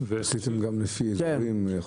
בדקתם גם לפי אזורים?